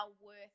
worth